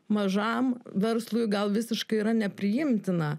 mažam verslui gal visiškai yra nepriimtina